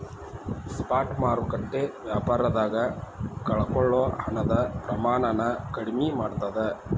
spot ಮಾರುಕಟ್ಟೆ ವ್ಯಾಪಾರದಾಗ ಕಳಕೊಳ್ಳೊ ಹಣದ ಪ್ರಮಾಣನ ಕಡ್ಮಿ ಮಾಡ್ತದ